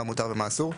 מה מותר ומה אסור.